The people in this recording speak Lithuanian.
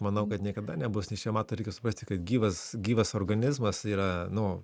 manau kad niekada nebus nes čia mato reikia suprasti kad gyvas gyvas organizmas yra nu